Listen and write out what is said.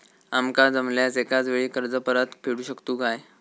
आमका जमल्यास एकाच वेळी कर्ज परत फेडू शकतू काय?